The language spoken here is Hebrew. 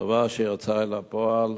דבר שיצא אל הפועל